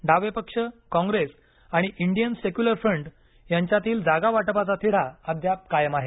डावे पक्ष काँग्रेस आणि इंडियन सेक्युलर फ्रंट यांच्यातील जागावाटपाचा तिढा अद्याप कायम आहे